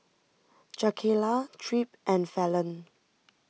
Jakayla Tripp and Fallon